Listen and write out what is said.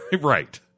right